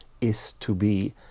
is-to-be